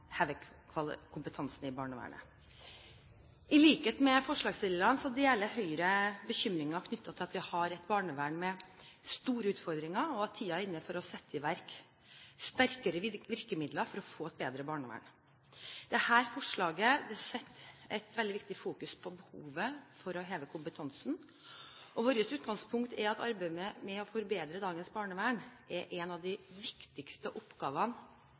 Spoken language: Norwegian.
kompetansen i barnevernet. I likhet med forslagsstillerne deler Høyre bekymringen over at vi har et barnevern med store utfordringer. Tiden er inne for å sette i verk sterkere virkemidler for å få et bedre barnevern. Dette forslaget setter i fokus noe som er veldig viktig: behovet for å heve kompetansen. Vårt utgangspunkt er at arbeidet med å forbedre dagens barnevern er en av de viktigste oppgavene